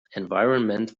environment